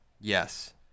Yes